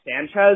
Sanchez